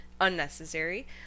unnecessary